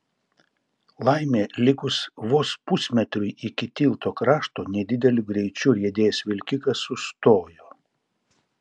laimė likus vos pusmetriui iki tilto krašto nedideliu greičiu riedėjęs vilkikas sustojo